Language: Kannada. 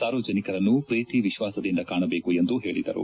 ಸಾರ್ವಜನಿಕರನ್ನು ಪ್ರೀತಿ ವಿಶ್ವಾಸದಿಂದ ಕಾಣಬೇಕೆಂದು ಹೇಳಿದರು